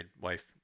wife